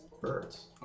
Birds